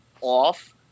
off